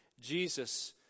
Jesus